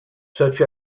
such